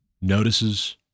notices